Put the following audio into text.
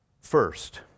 First